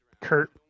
Kurt